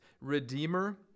Redeemer